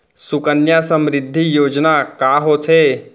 सुकन्या समृद्धि योजना का होथे